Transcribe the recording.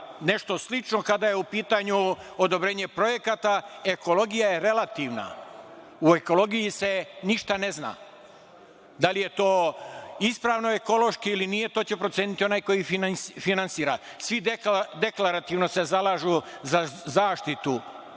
nešto slično. Kada je u pitanju odobrenje projekata, ekologija je relativna. U ekologiji se ništa ne zna. Da li je to ispravno ekološki ili nije, to će proceniti onaj koji finansira. Svi se deklarativno zalažu za zaštitu,